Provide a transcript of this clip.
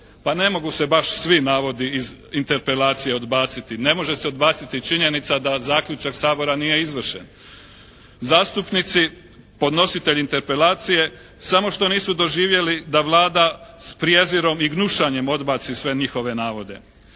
Pa ne mogu se baš svi navodi iz interpelacije odbaciti, ne može se odbaciti činjenica da zaključak Sabora nije izvršen. Zastupnici podnositelji interpelacije samo što nisu doživjeli da Vlada s prijezirom i gnušanjem odbaci sve njihove navode.